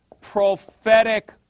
prophetic